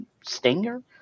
Stinger